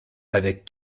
avec